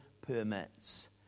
permits